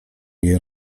jej